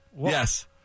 yes